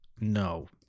no